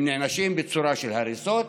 הם נענשים בצורה של הריסות,